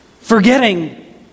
forgetting